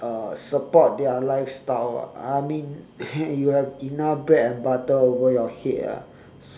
uh support their lifestyle I mean you have enough bread and butter over your head ah